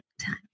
time